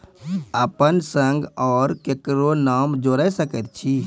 अपन संग आर ककरो नाम जोयर सकैत छी?